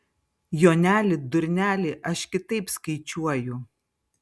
joneli durneli aš kitaip skaičiuoju